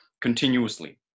continuously